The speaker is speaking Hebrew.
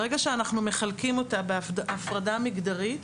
ברגע שמחלקים אותה להפרדה המגדרית,